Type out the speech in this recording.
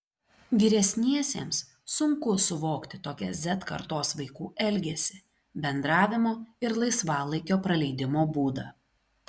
vyresniesiems sunku suvokti tokį z kartos vaikų elgesį bendravimo ir laisvalaikio praleidimo būdą